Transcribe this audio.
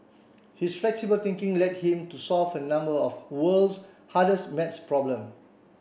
his flexible thinking led him to solve a number of the world's hardest math problem